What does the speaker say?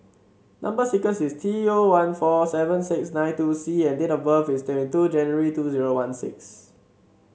number sequence is T zero one four seven six nine two C and date of birth is twenty two January two zero one six